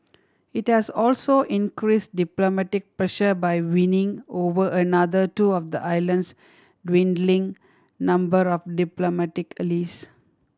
it has also increased diplomatic pressure by winning over another two of the island's dwindling number of diplomatic